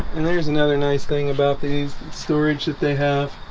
and there's another nice thing about these storage that they have